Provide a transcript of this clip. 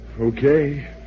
Okay